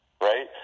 right